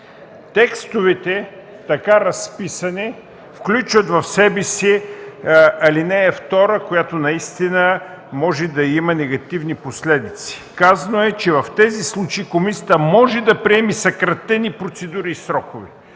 текстовете включват в себе си ал. 2, която наистина може да има негативни последици. Казано е, че в тези случаи комисията може да приеме съкратени процедури и срокове.